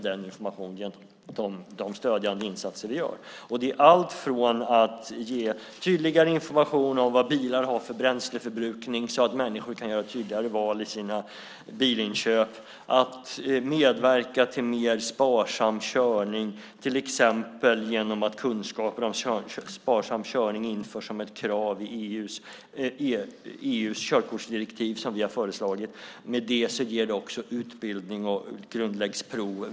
Det handlar bland annat om tydligare information om vad bilar har för bränsleförbrukning, så att människor kan göra tydligare val vid sina bilinköp, och om att medverka till sparsammare körning, till exempel genom att kunskaper om sparsam körning införs som ett krav i EU:s körkortsdirektiv, som vi har föreslagit. Med det ger vi också utbildning och prov grundläggs.